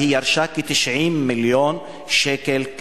והיא ירשה כ-90 מיליון שקל גירעון.